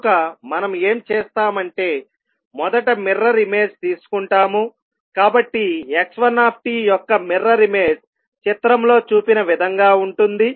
కనుక మనము ఏం చేస్తామంటే మొదట మిర్రర్ ఇమేజ్ తీసుకుంటాము కాబట్టి x1t యొక్క మిర్రర్ ఇమేజ్ చిత్రంలో చూపిన విధంగా ఉంటుంది